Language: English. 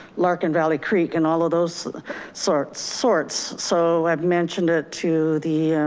lark and valley creek and all of those sorts sorts, so i've mentioned it to the,